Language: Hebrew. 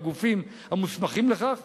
בגופים המוסמכים לכך,